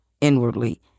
inwardly